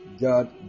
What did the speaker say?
God